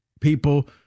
people